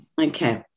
Okay